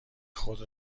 خود